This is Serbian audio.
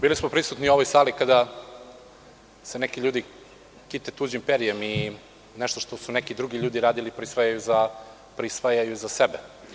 Bili smo prisutni u ovoj sali kada se neki ljudi kite tuđim perjem i nešto što su drugi ljudi radili prisvajaju za sebe.